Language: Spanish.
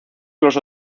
los